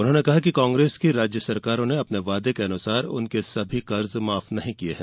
उन्होंने कहा कि कांग्रेस की राज्य सरकारों ने अपने वादे के अनुसार उनके सभी कर्ज माफ नहीं किए हैं